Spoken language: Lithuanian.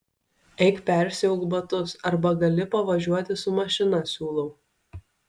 eik persiauk batus arba gali pavažiuoti su mašina siūlau